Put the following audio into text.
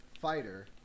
fighter